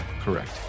correct